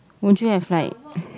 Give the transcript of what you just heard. won't you have like